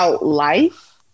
life